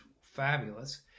fabulous